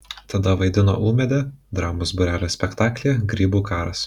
tada vaidino ūmėdę dramos būrelio spektaklyje grybų karas